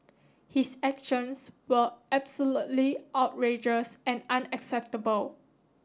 his actions were absolutely outrageous and unacceptable